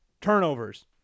turnovers